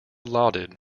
lauded